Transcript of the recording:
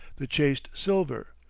the chased silver,